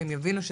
שהם יבינו?